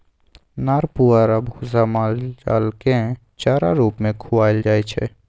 नार पुआर आ भुस्सा माल जालकेँ चारा रुप मे खुआएल जाइ छै